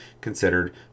considered